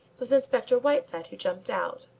was inspector whiteside who jumped out.